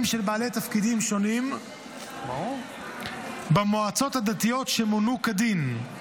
של בעלי תפקידים שונים במועצות הדתיות שמונו כדיון.